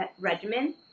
regimen